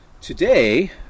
Today